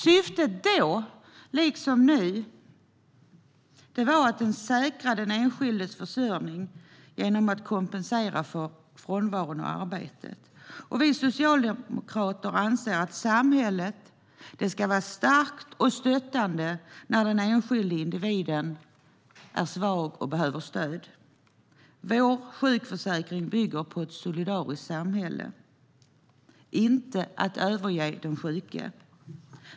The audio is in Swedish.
Syftet då, liksom nu, var att säkra den enskildes försörjning genom att kompensera för frånvaron av arbete. Vi socialdemokrater anser att samhället ska vara starkt och stöttande när den enskilda individen är svag och behöver stöd. Vår sjukförsäkring bygger på ett solidariskt samhälle, inte på att överge de sjuka.